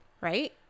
right